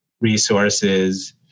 resources